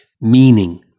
meaning